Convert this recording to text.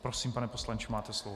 Prosím, pane poslanče, máte slovo.